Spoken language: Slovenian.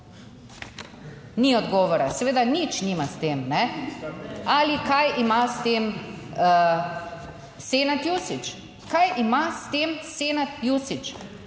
Ni odgovora. Seveda nič nima s tem, ne. Ali kaj ima s tem Senad Jušić? Kaj ima s tem Senad Jušić,